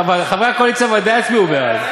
חברי הקואליציה ודאי יצביעו בעד,